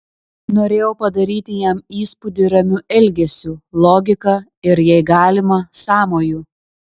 norėjau padaryti jam įspūdį ramiu elgesiu logika ir jei galima sąmoju